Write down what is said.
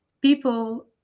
People